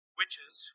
witches